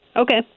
Okay